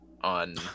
on